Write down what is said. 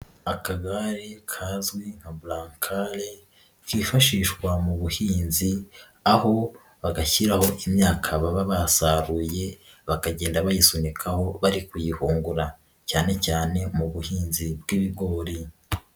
Akagare kazwi nka bulankare kifashishwa mu buhinzi aho bagashyiraho imyaka baba basaruye bakagenda bayisunikaho bari kuyihungura cyane cyane mu buhinzi bw'ibigori.